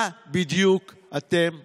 מה בדיוק אתם עושים?